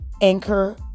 anchor